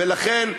לכן,